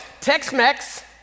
Tex-Mex